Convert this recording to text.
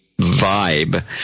vibe